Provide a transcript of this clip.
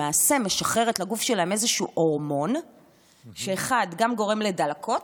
למעשה משחררת לגוף שלה הורמון שגם גורם לדלקות,